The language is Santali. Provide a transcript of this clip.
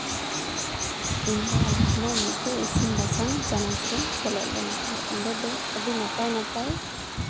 ᱤᱧᱫᱚ ᱟᱞᱮ ᱴᱷᱮᱱᱟᱜ ᱢᱤᱫᱴᱮᱡ ᱤᱥᱤᱱ ᱵᱟᱥᱟᱝ ᱪᱟᱱᱟᱪ ᱨᱮᱧ ᱥᱮᱞᱮᱫ ᱞᱮᱱᱟ ᱟᱨ ᱚᱸᱰᱮ ᱫᱚ ᱟᱹᱰᱤ ᱱᱟᱯᱟᱭ ᱱᱟᱯᱟᱭ